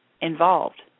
Involved